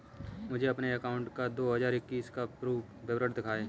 मुझे अपने bank account का दो हज़ार इक्कीस का पूरा विवरण दिखाएँ?